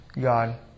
God